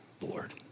Lord